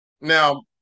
Now